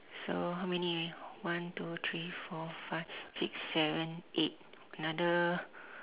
so how many one two three four five six seven eight another